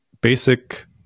basic